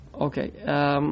Okay